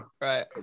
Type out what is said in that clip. Right